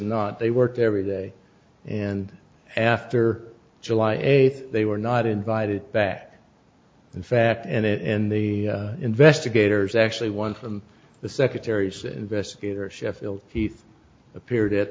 not they worked every day and after july eighth they were not invited back in fact and the investigators actually one from the secretary's investigator sheffield he appeared at